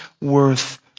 worth